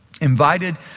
invited